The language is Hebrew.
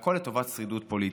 והכול לטובת שרידות פוליטית.